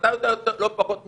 ואתה יודע לא פחות ממני,